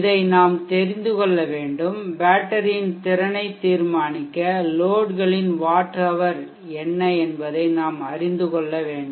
இதை நாம் தெரிந்து கொள்ள வேண்டும் பேட்டரியின் திறனை தீர்மானிக்க லோட்களின் வாட் ஹவர் என்ன என்பதை நாம் அறிந்து கொள்ள வேண்டும்